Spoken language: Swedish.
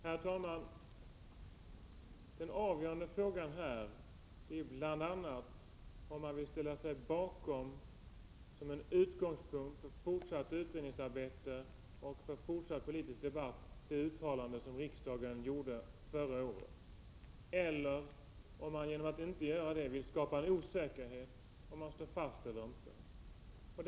Herr talman! Den avgörande frågan är bl.a. om man vill ställa sig bakom — som en utgångspunkt för fortsatt utredningsarbete och fortsatt politisk debatt — det uttalande som riksdagen gjorde förra året eller om man genom att inte göra det vill skapa osäkerhet om huruvida man skall stå fast vid det.